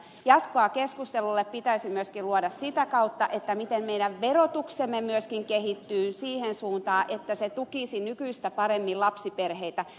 jatkoa keskustelulle pitäisi myöskin luoda sitä kautta miten meidän verotuksemme myöskin kehittyy siihen suuntaan että se tukisi nykyistä paremmin lapsiperheitä